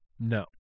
No